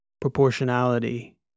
proportionality